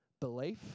belief